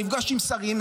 נפגש עם שרים,